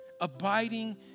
Abiding